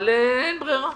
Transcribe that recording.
אבל אין ברירה,